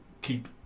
keep